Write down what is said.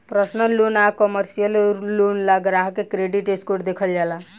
personal loan आ commercial loan ला ग्राहक के क्रेडिट स्कोर देखल जाला